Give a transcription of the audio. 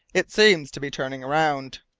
it seems to be turning round.